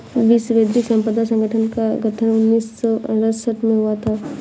विश्व बौद्धिक संपदा संगठन का गठन उन्नीस सौ सड़सठ में हुआ था